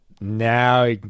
now